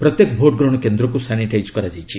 ପ୍ରତ୍ୟେକ ଭୋଟ ଗ୍ରହଣ କେନ୍ଦ୍ରକୁ ସାନିଟାଇଜ୍ କରାଯାଇଛି